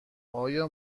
آیا